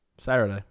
Saturday